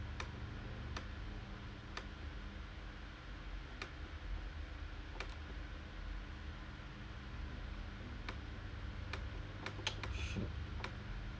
shit